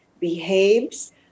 behaves